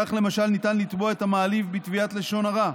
כך למשל, ניתן לתבוע את המעליב בתביעת לשון הרע,